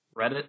Reddit